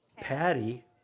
Patty